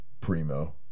primo